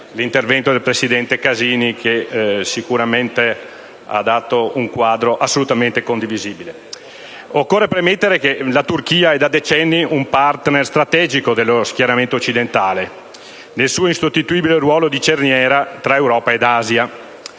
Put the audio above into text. l'intervento del presidente Casini, che sicuramente ha dato un quadro assolutamente condivisibile. Occorre premettere che la Turchia è da decenni un *partner* strategico dello schieramento occidentale, nel suo insostituibile ruolo di cerniera tra Europa e Asia.